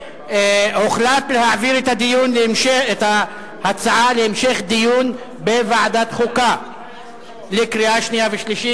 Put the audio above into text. הוחלט להעביר את ההצעה להמשך דיון בוועדת החוקה לקריאה שנייה ושלישית.